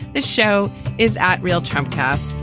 this show is at real trump cast.